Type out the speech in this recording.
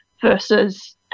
versus